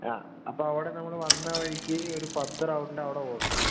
ആ അപ്പോൾ അവിടെ നമ്മൾ വന്ന വഴിക്ക് ഒരു പത്ത് റൗണ്ട് അവിടെ ഓടണം